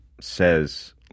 says